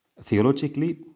theologically